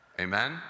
Amen